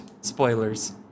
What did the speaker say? Spoilers